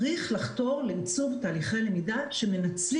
צריך לחתור ליצור תהליכי למידה שמנצלים